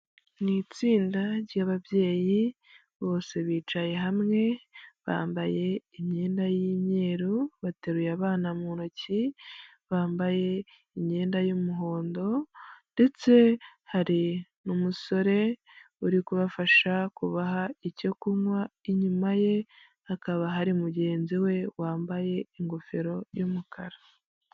Ni itsinda ry'babyeyi bose bicaye hamwe, bambaye imyenda y'imyeru, bateruye abana mu ntoki, bambaye imyenda y'umuhondo, ndetse hari n'umusore uri kubafasha kubaha icyo kunywa, inyuma ye hakaba hari mugenzi we wambaye ingofero y'umukara.